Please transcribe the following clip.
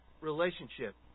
relationship